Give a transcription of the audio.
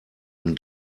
und